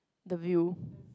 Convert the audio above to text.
the view